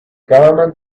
government